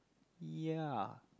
ya